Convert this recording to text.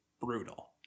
brutal